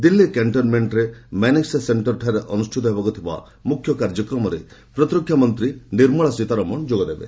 ଦିଲ୍ଲୀ କ୍ୟାଷ୍ଟନମେଣ୍ଟନରେ ମାନେକ୍କା ସେଣ୍ଟରଠାରେ ଅନୁଷ୍ଠିତ ହେବାକୁ ଥିବା ମୁଖ୍ୟ କାର୍ଯ୍ୟକ୍ରମରେ ପ୍ରତିରକ୍ଷା ମନ୍ତ୍ରୀ ନିର୍ମଳା ସୀତାରମଣ ଯୋଗଦେବେ